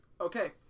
Okay